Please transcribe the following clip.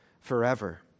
forever